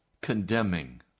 condemning